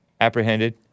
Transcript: apprehended